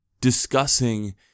discussing